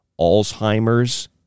Alzheimer's